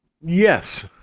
Yes